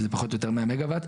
שזה פחות או יותר 100 מגה-וואט.